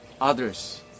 others